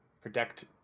protect